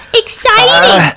exciting